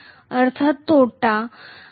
अर्थात तोटा